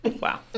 Wow